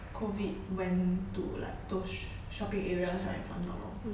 COVID went to like those shopping areas right if I'm not wrong